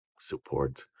support